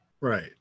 Right